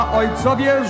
ojcowie